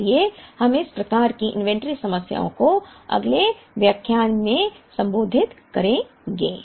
इसलिए हम इस प्रकार की इन्वेंट्री समस्याओं को अगले व्याख्यान में संबोधित करेंगे